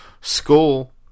school